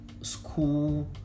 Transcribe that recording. school